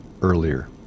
earlier